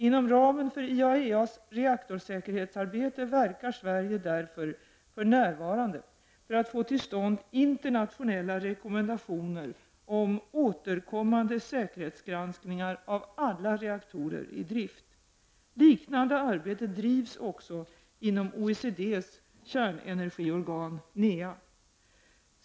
Inom ramen för IAEA:s reaktorsäkerhetsarbete verkar Sverige därför för närvarande för att få till stånd internationella rekommendationer om återkommande säkerhetsgranskningar av alla reaktorer i drift. Liknande arbete drivs också inom OECD:s kärnenergiorgan NEA.